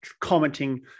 commenting